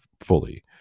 fully